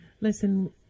Listen